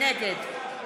נגד